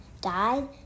died